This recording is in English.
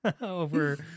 over